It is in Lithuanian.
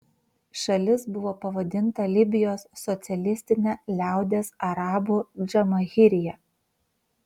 šalis buvo pavadinta libijos socialistine liaudies arabų džamahirija